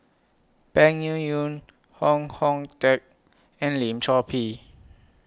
Peng Yuyun Hong Teng and Lim Chor Pee